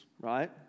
right